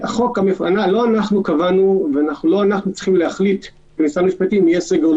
כולם יכולים להסכים שהן זכויות